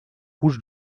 rouges